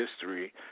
history